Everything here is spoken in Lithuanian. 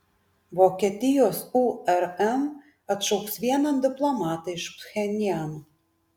vokietijos urm atšauks vieną diplomatą iš pchenjano